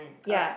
ya